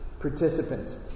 participants